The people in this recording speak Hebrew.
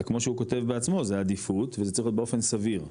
אז כמו שהוא כותב בעצמו זה עדיפות וזה צריך באופן סביר,